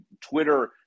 Twitter